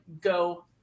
go